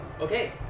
Okay